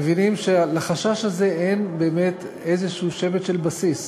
מבינים שלחשש הזה אין באמת איזשהו שמץ של בסיס.